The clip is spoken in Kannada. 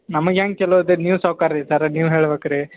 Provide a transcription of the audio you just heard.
ನಮಗೆ ಹೆಂಗ್ ಕೇಳೂದ ನೀವು ಸಾವ್ಕಾರ ರೀ ಸರ್ರ ನೀವು ಹೇಳ್ಬೇಕ್ ರೀ